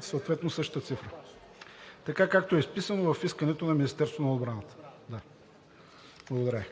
Съответно същата цифра – така, както е изписано в искането на Министерството на отбраната. Благодаря.